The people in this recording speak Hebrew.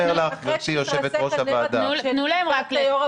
גברתי יושבת ראש הוועדה --- אחרי שהתרסק --- תנו לו לסיים,